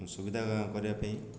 ସୁବିଧା କରିବା ପାଇଁ